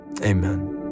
amen